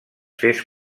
fes